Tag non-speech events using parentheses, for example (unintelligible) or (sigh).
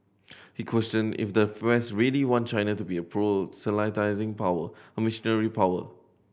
he questioned if the France really want China to be a (unintelligible) power a missionary power